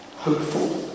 hopeful